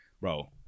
bro